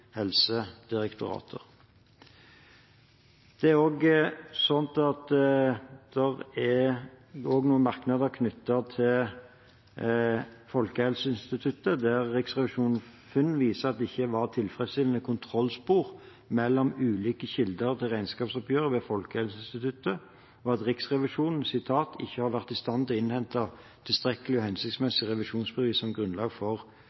Helsedirektoratet. Det er også noen merknader knyttet til Folkehelseinstituttet, der Riksrevisjonens funn viser at det ikke var tilfredsstillende kontrollspor mellom ulike kilder til regnskapsoppgjøret ved Folkehelseinstituttet, og at Riksrevisjonen ikke har vært i stand til «å innhente tilstrekkelige og hensiktsmessige revisjonsbevis som grunnlag for